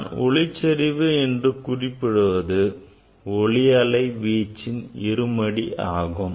நான் ஒளிச்செறிவு என்று குறிப்பிடுவது ஒளிஅலை வீச்சின் இருமடி ஆகும்